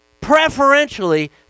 preferentially